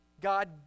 God